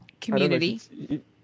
community